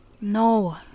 No